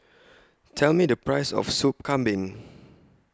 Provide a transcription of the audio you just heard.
Tell Me The Price of Soup Kambing